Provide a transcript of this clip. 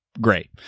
Great